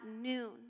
noon